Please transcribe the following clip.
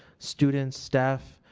students, staff,